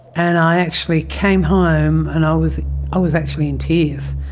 and i actually came home, and i was i was actually in tears.